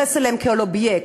שהתייחס אליהם כאל אובייקט,